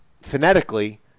phonetically